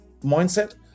mindset